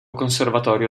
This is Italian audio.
conservatorio